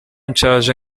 nshaje